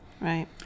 Right